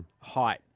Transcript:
height